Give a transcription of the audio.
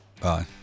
Bye